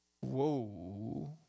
Whoa